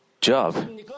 job